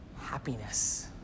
happiness